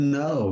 no